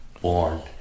born